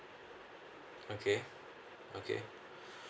okay okay